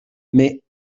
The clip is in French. mais